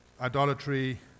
idolatry